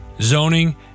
zoning